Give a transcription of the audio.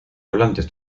hablantes